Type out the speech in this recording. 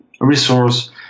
Resource